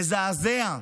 מזעזע.